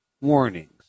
warnings